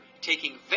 taking